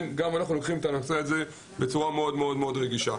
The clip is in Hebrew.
אנחנו לוקחים את הנושא הזה בצורה מאוד רגישה.